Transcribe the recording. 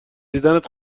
دیدنت